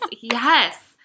Yes